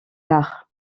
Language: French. d’art